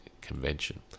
convention